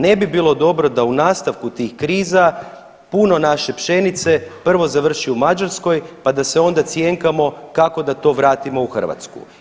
Ne bi bilo dobro da u nastavku tih kriza puno naše pšenice prvo završi u Mađarskoj pa da se onda cjenkamo kako da to vratimo u Hrvatsku.